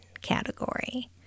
category